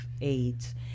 AIDS